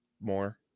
more